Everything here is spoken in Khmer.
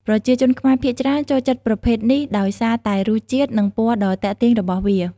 ប្រជាជនខ្មែរភាគច្រើនចូលចិត្តប្រភេទនេះដោយសារតែរសជាតិ និងពណ៌ដ៏ទាក់ទាញរបស់វា។